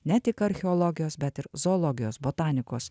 ne tik archeologijos bet ir zoologijos botanikos